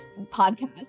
podcast